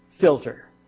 filter